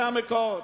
זה המקור.